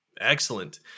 Excellent